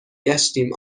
گشتیم